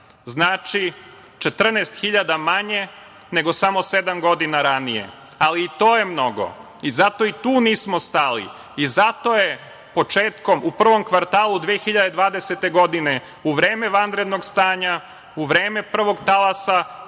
Znači, 14.000 manje nego samo sedam godina ranije, ali i to je mnogo. Zato i tu nismo stali. Zato je u prvom kvartalu 2020. godine u vreme vanrednog stanja, u vreme prvog talasa